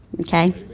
okay